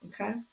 okay